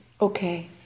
Okay